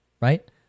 right